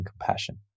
compassion